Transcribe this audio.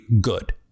good